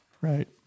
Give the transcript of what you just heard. Right